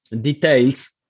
details